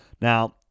Now